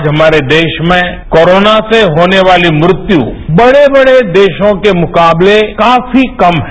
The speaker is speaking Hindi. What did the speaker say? आज हमारे देश में कोरोना से होने वाली मृत्यु बड़े बड़े देशों के मुकाबले काफी कम है